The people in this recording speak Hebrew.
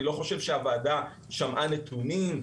אני לא חושב שהוועדה שמעה נתונים על